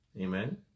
Amen